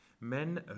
Men